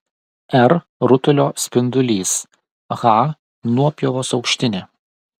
r rutulio spindulys h nuopjovos aukštinė